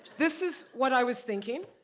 this is what i was thinking,